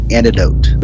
Antidote